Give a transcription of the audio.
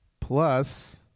plus